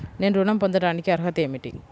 నేను ఋణం పొందటానికి అర్హత ఏమిటి?